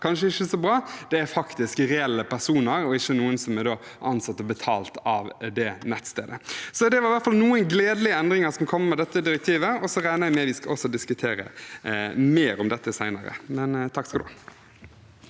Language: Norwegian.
kanskje ikke så bra, er faktiske, reelle personer, og ikke noen som er ansatt og betalt av det nettstedet. Dette var i hvert fall noen av de gledelige endringene som kommer med dette direktivet, og så regner jeg med at vi skal diskutere mer om dette også senere. Statsråd